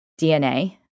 DNA